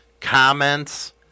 comments